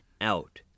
Out